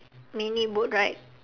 mini boat ride